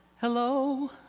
Hello